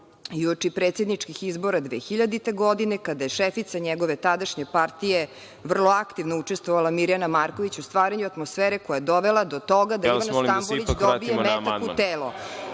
i uoči predsedničkih izbora 2000. godine, kada je šefica njegove tadašnje partije vrlo aktivno učestvovala, Mirjana Marković, u stvaranju atmosfere koja je dovela do toga da Ivan Stambolić dobije metak u telo.